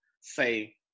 say